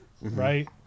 right